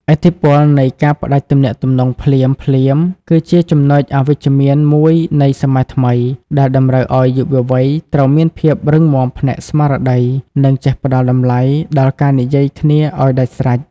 ឥទ្ធិពលនៃ «ការផ្ដាច់ទំនាក់ទំនងភ្លាមៗ» គឺជាចំណុចអវិជ្ជមានមួយនៃសម័យថ្មី ដែលតម្រូវឱ្យយុវវ័យត្រូវមានភាពរឹងមាំផ្នែកស្មារតី និងចេះផ្ដល់តម្លៃដល់ការនិយាយគ្នាឱ្យដាច់ស្រេច។